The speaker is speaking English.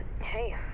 hey